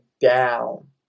down